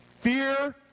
Fear